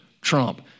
Trump